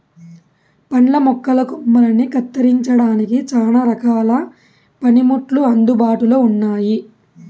పండ్ల మొక్కల కొమ్మలని కత్తిరించడానికి చానా రకాల పనిముట్లు అందుబాటులో ఉన్నయి